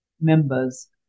members